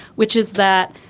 which is that,